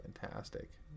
fantastic